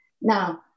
Now